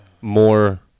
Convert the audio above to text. more